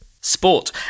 Sport